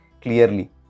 clearly